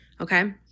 Okay